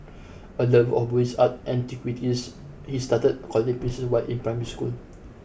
a lover of Buddhist art and antiquities he started collecting pieces while in primary school